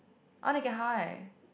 I wanna get high